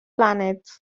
planets